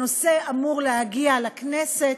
הנושא אמור להגיע לכנסת,